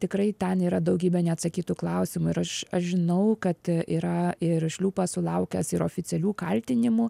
tikrai ten yra daugybė neatsakytų klausimų ir aš aš žinau kad yra ir šliūpas sulaukęs ir oficialių kaltinimų